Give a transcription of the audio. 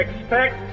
expect